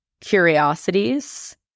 curiosities